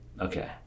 Okay